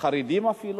לחרדים אפילו,